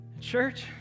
Church